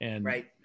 Right